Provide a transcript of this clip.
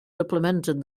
supplemented